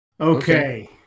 Okay